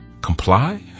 comply